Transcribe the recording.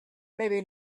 maybe